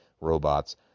robots